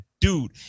dude